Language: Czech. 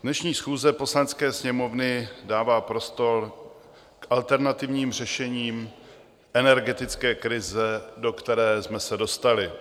Dnešní schůze Poslanecké sněmovny dává prostor k alternativním řešením energetické krize, do které jsme se dostali.